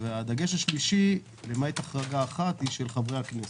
הדגש השלישי למעט החרגה אחת היא של חברי הסת.